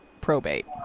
probate